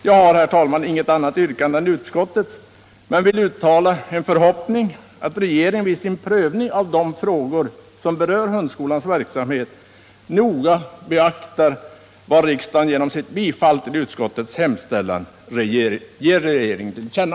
Jag har inget annat yrkande än utskottets, men vill uttala en förhoppning att regeringen vid sin prövning av de frågor som berör hundskolans verksamhet noga beaktar vad riksdagen genom sitt bifall till utskottets hemställan ger regeringen till känna.